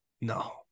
No